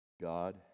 God